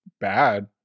bad